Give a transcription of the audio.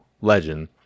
legend